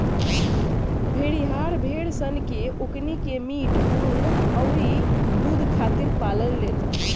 भेड़िहार भेड़ सन से ओकनी के मीट, ऊँन अउरी दुध खातिर पाले लेन